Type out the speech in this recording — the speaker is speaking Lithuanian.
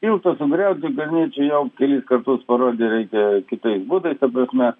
tiltą sugriaut ukrainiečiai jau kelis kartus parodė reikia kitais būdais ta prasme